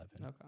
Okay